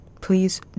Please